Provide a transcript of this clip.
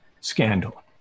scandal